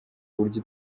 buryo